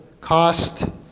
cost